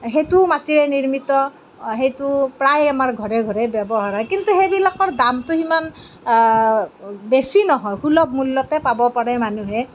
সেইটো মাটিৰে নিৰ্মিত সেইটো প্ৰায় আমাৰ ঘৰে ঘৰে ব্যৱহাৰ হয় কিন্তু সেইবিলাকৰ দামটো সিমান বেছি নহয় সূলভ মূল্যতে পাব পাৰে মানুহে